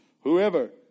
whoever